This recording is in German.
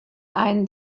ein